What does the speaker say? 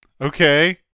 Okay